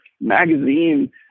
magazine